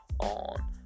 on